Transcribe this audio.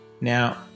Now